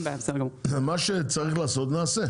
מה שצריך לעשות נעשה.